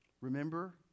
Remember